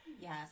Yes